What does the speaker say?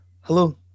Hello